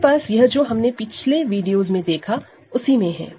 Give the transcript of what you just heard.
हमारे पास यह जो हमने पिछले वीडियोस में देखा उसी से है